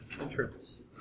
entrance